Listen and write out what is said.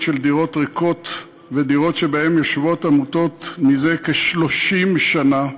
של דירות ריקות ודירות שבהן יושבות עמותות זה כ-30 שנה.